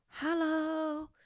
Hello